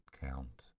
count